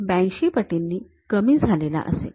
८२ पटींनी कमी झालेला असेल